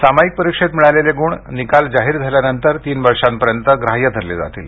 सामायिक परीक्षेत मिळालेले गुण निकाल जाहीर झाल्यानंतर तीन वर्षांपर्यंत ग्राह्य धरले जातील